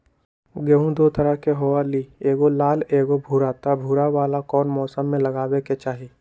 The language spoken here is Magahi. गेंहू दो तरह के होअ ली एगो लाल एगो भूरा त भूरा वाला कौन मौसम मे लगाबे के चाहि?